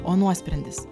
o nuosprendis